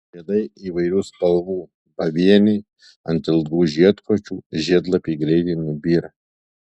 žiedai įvairių spalvų pavieniai ant ilgų žiedkočių žiedlapiai greitai nubyra